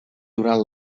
durant